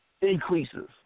increases